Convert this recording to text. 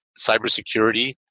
cybersecurity